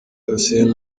cassien